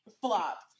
Flop